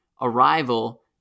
arrival